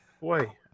Boy